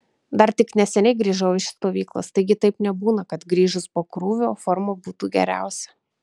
dar tik neseniai grįžau iš stovyklos taigi taip nebūna kad grįžus po krūvio forma būtų geriausia